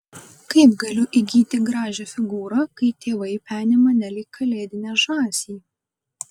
kaip galiu įgyti gražią figūrą kai tėvai peni mane lyg kalėdinę žąsį